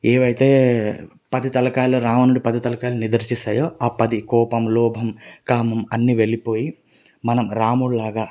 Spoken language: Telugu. ఏవైతే పది తలకాయలు రావణుడి పది తల కాయల నిదర్శించుతాయో ఆ పది కోపం లోభం కామం అన్ని వెళ్ళిపోయి మనం రాముడి లాగా